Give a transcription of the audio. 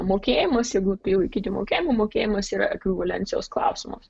dziudo mokėjimas jeigu tai jau iki vokelių mokėjimas yra ekvivalencijos klausimas